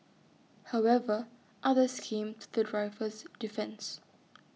however others came to the driver's defence